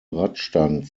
radstand